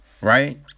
right